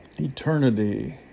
Eternity